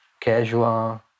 casual